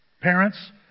parents